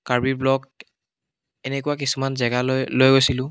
Karbi block এনেকুৱা কিছুমান জেগালৈ লৈ গৈছিলোঁ